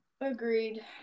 agreed